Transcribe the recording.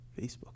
Facebook